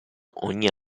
ogni